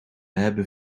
hebben